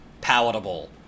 palatable